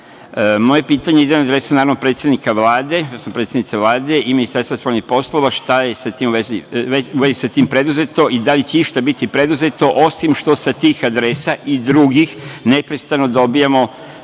pitanje ide na adresu, naravno, predsednice Vlade i Ministarstva spoljnih poslova - šta je u vezi sa tim preduzeto i da li će išta biti preduzeto, osim što sa tih adresa i drugih, neprestano dobijamo